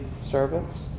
servants